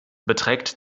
beträgt